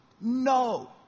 No